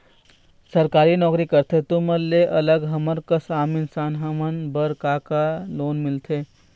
सरकारी नोकरी करथे तुमन ले अलग हमर कस आम इंसान हमन बर का का लोन मिलथे?